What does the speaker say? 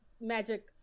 magic